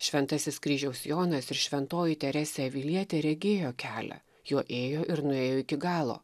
šventasis kryžiaus jonas ir šventoji teresė avilietė regėjo kelią juo ėjo ir nuėjo iki galo